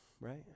right